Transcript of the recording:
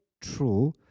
true